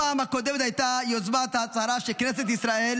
הפעם הקודמת הייתה יוזמת ההצהרה של כנסת ישראל